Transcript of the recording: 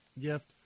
gift